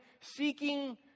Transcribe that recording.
seeking